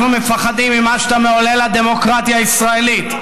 אנחנו מפחדים ממה שאתה מעולל לדמוקרטיה הישראלית,